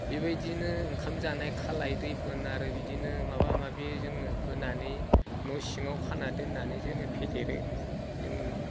बेबायदिनो ओंखाम जानाय खालाय दैफोन आरो बिदिनो माबा माबि जोङो होनानै नसिंआव खाना दोननानै जोङो फेदेरो जों